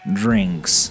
drinks